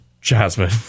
Jasmine